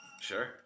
Sure